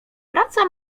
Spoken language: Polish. praca